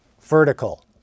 vertical